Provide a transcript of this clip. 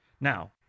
Now